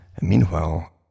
Meanwhile